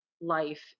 life